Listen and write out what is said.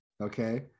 Okay